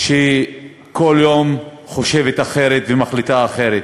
שכל יום חושבת אחרת ומחליטה אחרת,